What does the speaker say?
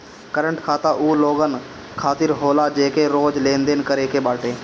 current खाता उ लोगन खातिर होला जेके रोज लेनदेन करे के बाटे